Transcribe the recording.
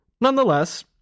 Nonetheless